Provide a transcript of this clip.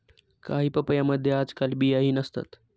काही पपयांमध्ये आजकाल बियाही नसतात